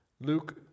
Luke